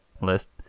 list